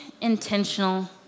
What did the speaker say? intentional